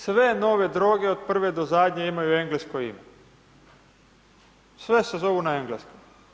Sve nove droge od prve do zadnje imaju englesko ime, sve se zovu na engleskom.